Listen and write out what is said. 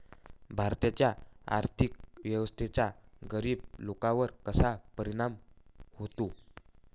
भारताच्या आर्थिक व्यवस्थेचा गरीब लोकांवर कसा परिणाम होतो?